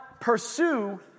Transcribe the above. pursue